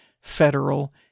federal